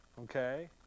okay